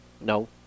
No